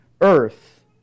earth